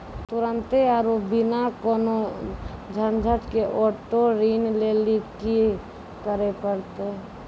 तुरन्ते आरु बिना कोनो झंझट के आटो ऋण लेली कि करै पड़तै?